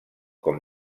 com